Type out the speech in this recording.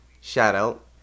shout-out